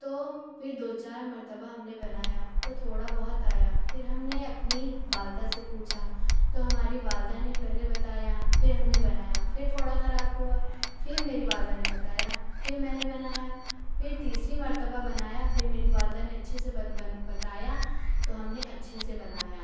تو پھر دو چار مرتبہ ہم نے بنایا تو تھوڑا بہت آیا پھر ہم نے اپنی والدہ سے پوچھا تو ہماری والدہ نے پہلے بتایا پھر ہم نے بنایا پھر تھوڑا خراب ہوا پھر میری والدہ نے بتایا پھر میں نے بنایا پھر تیسری مرتبہ بنایا پھر میری والدہ نے اچھے سے بتایا تو ہم نے اچھے سے بنایا